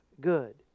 good